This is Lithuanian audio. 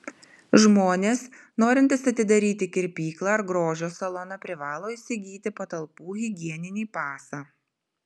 žmonės norintys atidaryti kirpyklą ar grožio saloną privalo įsigyti patalpų higieninį pasą